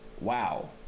wow